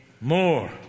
more